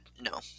No